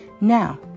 Now